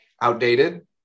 outdated